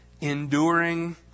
enduring